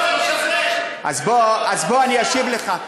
לא לא, אז בוא, אז בוא אני אשיב לך.